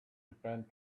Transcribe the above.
depend